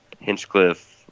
Hinchcliffe